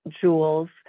jewels